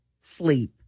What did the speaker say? sleep